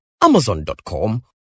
amazon.com